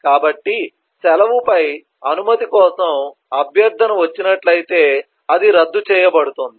కాబట్టి సెలవు పై అనుమతి కోసం అభ్యర్థన వచ్చినట్లయితే అది రద్దు చేయబడుతుంది